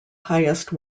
highest